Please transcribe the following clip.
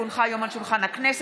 כי הונחה היום על שולחן הכנסת,